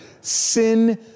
Sin